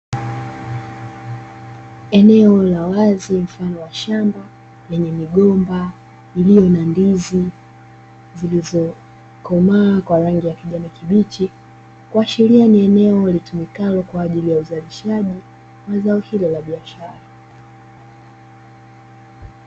Eneo la wazi mfano wa shamba, lenye migomba iliyo ya ndizi zilizokomaa kwa rangi ya kijani kibichi, kuashiria ni eneo litumikalo kwa ajili ya uzalishaji wa zao hilo la biashara.